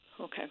Okay